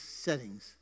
settings